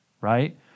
Right